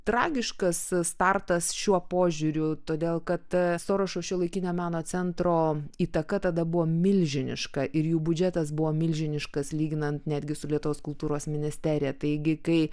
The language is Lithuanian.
tragiškas startas šiuo požiūriu todėl kad sorošo šiuolaikinio meno centro įtaka tada buvo milžiniška ir jų biudžetas buvo milžiniškas lyginant netgi su lietuvos kultūros ministerija taigi kai